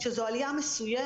שזו עלייה מסוימת,